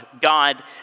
God